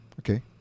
Okay